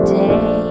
day